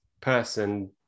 person